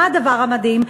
מה הדבר המדהים?